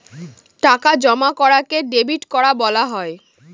টাকা জমা করাকে ডেবিট করা বলা হয়